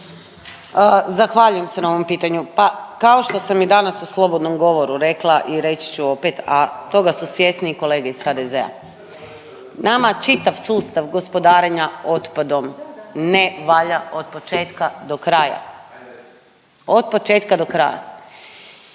Zahvaljujem se na ovom pitanju. Pa kao što sam i danas u slobodnom govoru rekla i reći ću opet, a toga su svjesni i kolege iz HDZ-a. Nama čitav sustav gospodarenja otpadom ne valja otpočetka do kraja, otpočetka do kraja.